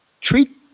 treat